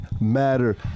matter